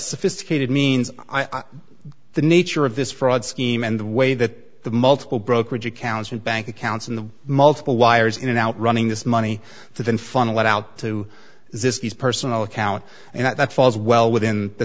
sophisticated means i e the nature of this fraud scheme and the way that the multiple brokerage accounts and bank accounts and the multiple wires in and out running this money that then funneled out to this these personal account and that falls well within the